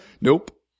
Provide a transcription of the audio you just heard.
Nope